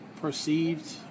perceived